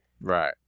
Right